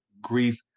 grief